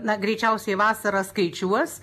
na greičiausiai vasarą skaičiuos